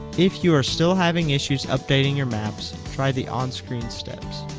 if you are still having issues updating your maps, try the on-screen steps